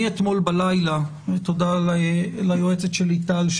מאתמול בלילה תודה ליועצת שלי, טל,